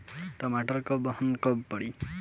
टमाटर क बहन कब पड़ी?